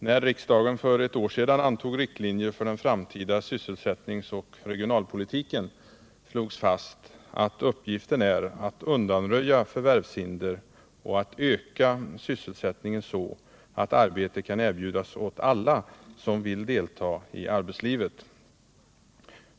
När riksdagen för ett år sedan antog riktlinjer för den framtida sysselsättningsoch regionalpolitiken, slogs fast att uppgiften är att undanröja förvärvshinder och att öka sysselsättningen så att arbete kan erbjudas åt alla som vill delta i arbetslivet.